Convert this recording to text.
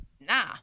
nah